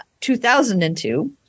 2002